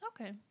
Okay